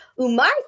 Umar